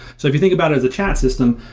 so if you think about it as a chat system,